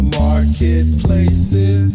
marketplaces